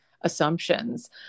assumptions